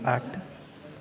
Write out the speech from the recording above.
आठ